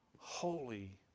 holy